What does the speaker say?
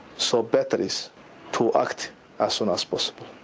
so better is to act as soon as possible.